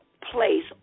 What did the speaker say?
place